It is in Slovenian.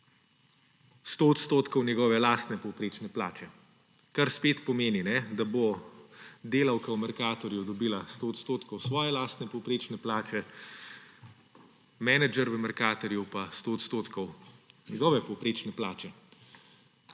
njegove lastne povprečne plače, kar spet pomeni, da bo delavka v Mercatorju dobila 100 odstotkov svoje lastne povprečne plače, menedžer v Marcatorju pa 100 odstotkov njegove povprečne plače.